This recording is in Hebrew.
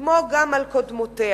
כמו גם על קודמותיה.